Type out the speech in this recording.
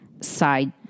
side